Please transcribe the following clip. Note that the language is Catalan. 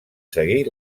seguir